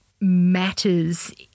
matters